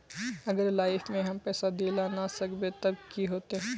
अगर लाइफ में हम पैसा दे ला ना सकबे तब की होते?